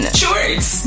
shorts